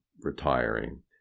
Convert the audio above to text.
retiring